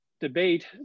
debate